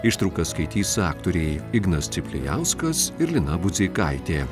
ištraukas skaitys aktoriai ignas ciplijauskas ir lina budzeikaitė